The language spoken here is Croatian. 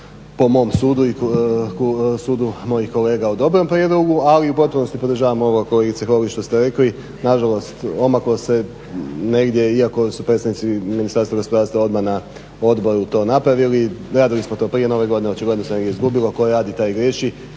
po mom sudu i sudu mojih kolega o dobrom prijedlogu ali u potpunosti podržavam ovo kolegice Holy što ste rekli. Na žalost omaklo se negdje iako su predstavnici Ministarstva gospodarstva odmah na Odboru to napravili. Radili smo to prije nove godine, očigledno se negdje izgubilo. Tko radi, taj i griješi.